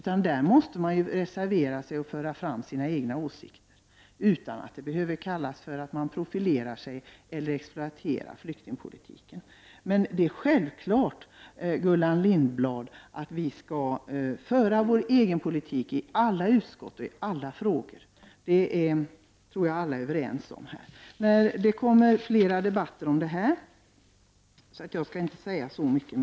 Man måste kunna reservera sig och föra fram sina åsikter, utan att det behöver kallas att man profilerar sig eller exploaterar flyktingpolitiken. Det är självklart, Gullan Lindblad, att vi skall föra vår egen politik i alla frågor och i alla utskott. Det tror jag att alla är överens om. Jag skall nu inte säga så mycket mera, eftersom det blir flera debatter i detta ämne.